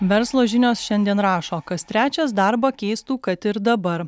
verslo žinios šiandien rašo kas trečias darbą keistų kad ir dabar